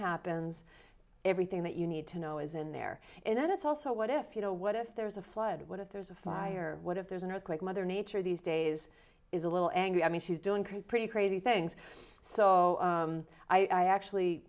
happens everything that you need to know is in there and it's also what if you know what if there's a flood what if there's a fire what if there's an earthquake mother nature these days is a little angry i mean she's doing pretty crazy things so i actually